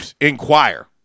inquire